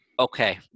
okay